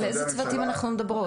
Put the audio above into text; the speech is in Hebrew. על אילו צוותים אנחנו מדברות?